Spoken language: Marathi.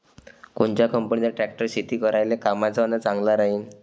कोनच्या कंपनीचा ट्रॅक्टर शेती करायले कामाचे अन चांगला राहीनं?